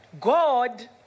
God